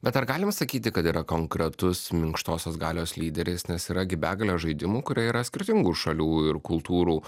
bet ar galima sakyti kad yra konkretus minkštosios galios lyderis nes yra gi begalė žaidimų kurie yra skirtingų šalių ir kultūrų